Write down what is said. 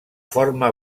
forma